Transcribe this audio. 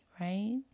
right